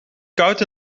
koud